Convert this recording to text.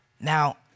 Now